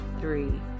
three